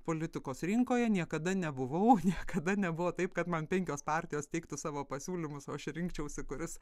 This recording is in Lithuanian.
politikos rinkoje niekada nebuvau niekada nebuvo taip kad man penkios partijos teiktų savo pasiūlymus o aš rinkčiausi kuris